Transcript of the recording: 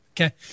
Okay